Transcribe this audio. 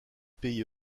pays